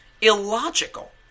illogical